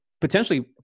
potentially